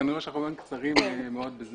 אבל אני רואה שאנחנו קצרים מאוד בזמן.